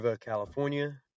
California